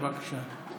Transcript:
בבקשה.